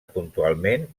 puntualment